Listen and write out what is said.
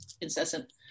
incessant